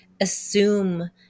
assume